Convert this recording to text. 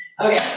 Okay